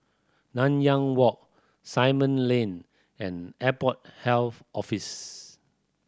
Nanyang Walk Simon Lane and Airport Health Office